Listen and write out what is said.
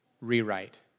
rewrite